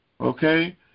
okay